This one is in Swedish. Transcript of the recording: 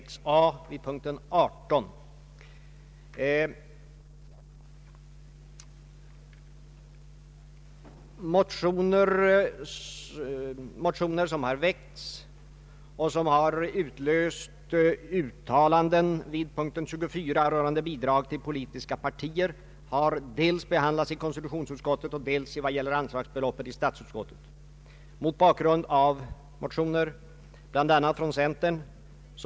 Herr talman! Jag kommer att yrka bifall till reservation a vid punkten 18.